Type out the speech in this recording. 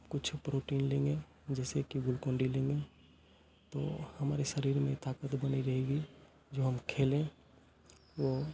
कुछ प्रोटीन लेंगे जैसे कि ग्लूकोन डी लेंगे तो हमारे शरीर में ताकत बनी रहेगी जो हम खेलें वो